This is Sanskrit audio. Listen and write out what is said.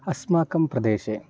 अस्माकं प्रदेशे